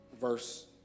verse